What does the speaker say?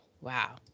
wow